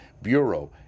Bureau